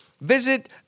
Visit